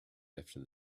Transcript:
after